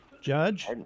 Judge